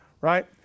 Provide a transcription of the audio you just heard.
right